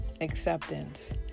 acceptance